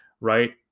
right